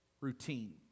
routine